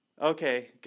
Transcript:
Okay